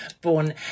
born